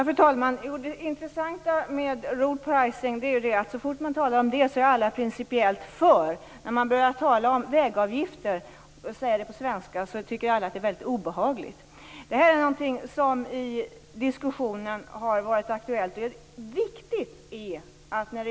Fru talman! Så fort man talar om road pricing är alla principiellt för. När man på svenska talar om vägavgifter tycker alla att det är obehagligt. Detta är något som har varit aktuellt i diskussionen.